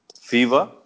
fever